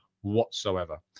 whatsoever